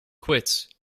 quits